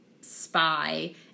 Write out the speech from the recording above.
spy